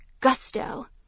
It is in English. gusto